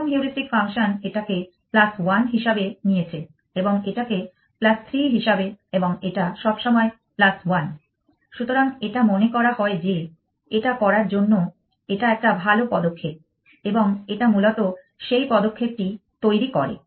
প্রথম heuristic function এটাকে 1 হিসাবে নিয়েছে এবং এটাকে 3 হিসাবে এবং এটা সবসময় 1 সুতরাং এটা মনে করা হয় যে এটা করার জন্য এটা একটা ভাল পদক্ষেপ এবং এটা মূলত সেই পদক্ষেপটি তৈরি করে